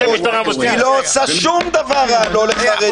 היא לא עושה שום דבר רע לא לחרדים,